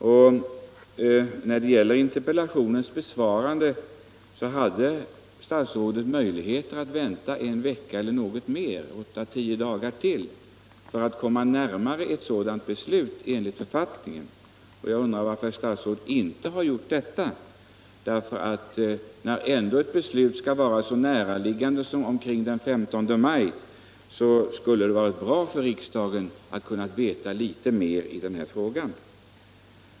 Statsrådet hade enligt författningen möjlighet att vänta en vecka eller något mer — åtta eller tio dagar till — med att besvara interpellationen för att komma närmare ett sådant beslut. Jag undrar varför statsrådet inte gjorde det. När ett beslut skall fattas så snart som omkring den 15 maj hade det varit bra för riksdagen att veta litet mer om den här frågan.